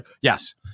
Yes